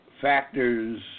factors